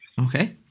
Okay